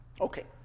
Okay